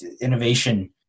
Innovation